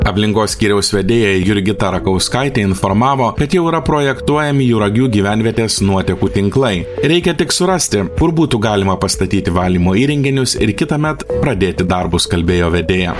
aplinkos skyriaus vedėja jurgita rakauskaitė informavo kad jau yra projektuojami juragių gyvenvietės nuotekų tinklai reikia tik surasti kur būtų galima pastatyti valymo įrenginius ir kitąmet pradėti darbus kalbėjo vedėja